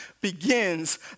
begins